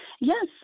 Yes